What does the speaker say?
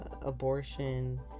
abortion